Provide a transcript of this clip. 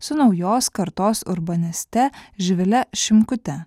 su naujos kartos urbaniste živile šimkute